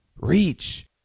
reach